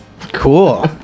cool